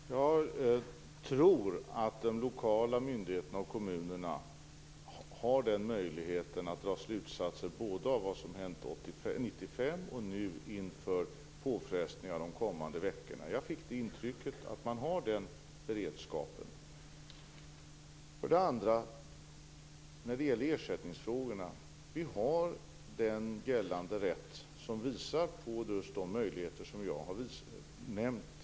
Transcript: Fru talman! Jag tror att de lokala myndigheterna och kommunerna har möjligheten att dra slutsatser av vad som hände 1995 inför påfrestningarna de kommande veckorna. Jag fick intrycket att man har den beredskapen. När det gäller ersättningsfrågorna har vi den gällande rätt som visar på just de möjligheter som jag har nämnt.